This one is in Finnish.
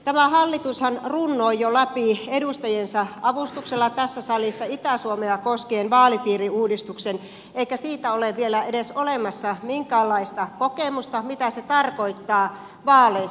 tämä hallitushan runnoi jo läpi edustajiensa avustuksella tässä salissa itä suomea koskien vaalipiiriuudistuksen eikä siitä ole vielä edes olemassa minkäänlaista kokemusta mitä se tarkoittaa vaaleissa